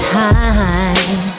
time